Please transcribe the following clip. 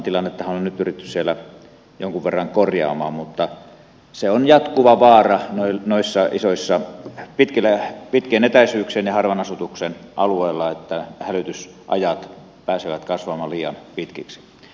tilannettahan on nyt pyritty siellä jonkin verran korjaamaan mutta on jatkuva vaara noilla isoilla pitkien etäisyyksien ja harvan asutuksen alueilla että hälytysajat pääsevät kasvamaan liian pitkiksi